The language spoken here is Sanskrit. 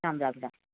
राम् राम् राम्